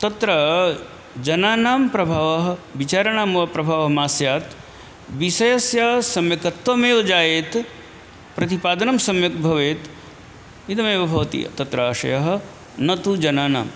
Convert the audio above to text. तत्र जनानां प्रभावः विचाराणां वा प्रभावः मा स्यात् विषयस्य सम्यकत्वमेव जायेत प्रतिपादनं सम्यक् भवेत् इदमेव भवति तत्र आशयः न तु जनानां